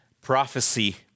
prophecy